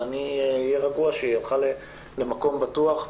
ואני אהיה רגוע שהיא הלכה למקום בטוח,